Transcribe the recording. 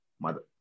mother